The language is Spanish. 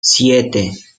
siete